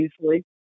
easily